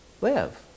live